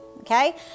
okay